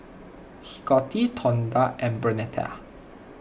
Scottie Tonda and Bernetta